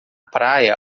praia